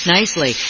Nicely